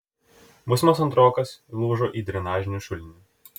būsimas antrokas įlūžo į drenažinį šulinį